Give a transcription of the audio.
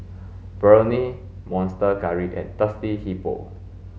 Burnie Monster Curry and Thirsty Hippo